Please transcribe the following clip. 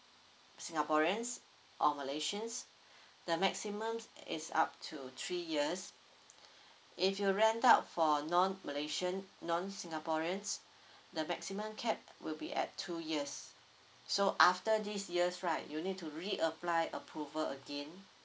singaporeans or malaysians the maximum is up to three years if you rent out for non malaysians non singaporeans the maximum cap will be at two years so after these years right you need to reapply approval again